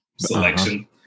selection